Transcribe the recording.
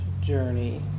journey